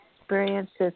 experiences